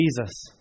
Jesus